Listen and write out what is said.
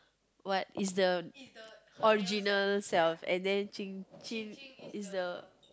what is the original self and then is the